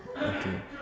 okay